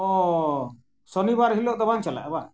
ᱚ ᱥᱚᱱᱤᱵᱟᱨ ᱦᱤᱞᱳᱜ ᱫᱚ ᱵᱟᱢ ᱪᱟᱞᱟᱜᱼᱟ ᱵᱟᱝ